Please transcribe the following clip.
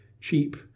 cheap